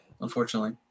unfortunately